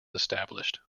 established